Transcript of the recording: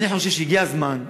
אני חושב שהגיע הזמן באמת,